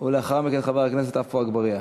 ולאחר מכן, חבר הכנסת עפו אגבאריה.